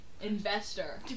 investor